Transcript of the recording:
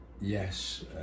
Yes